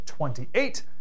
28